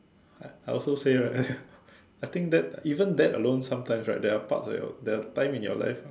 I I also say right I think that even that alone sometimes right there are parts where there are time in your life